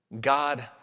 God